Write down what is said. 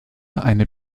eine